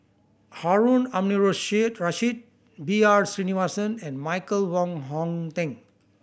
Harun Aminurrashid B R Sreenivasan and Michael Wong Hong Teng